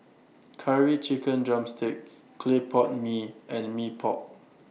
Curry Chicken Drumstick Clay Pot Mee and Mee Pok